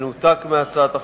במנותק מהצעת החוק.